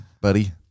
buddy